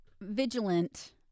vigilant